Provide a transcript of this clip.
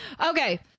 Okay